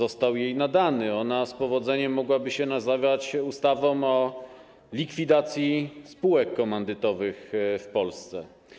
Ona z powodzeniem mogłaby się nazywać ustawą o likwidacji spółek komandytowych w Polsce.